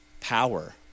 power